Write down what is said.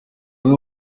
amwe